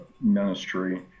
ministry